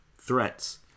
threats